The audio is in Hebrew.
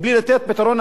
מבלי לתת פתרון,